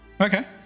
Okay